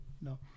no